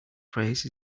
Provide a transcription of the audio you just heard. praise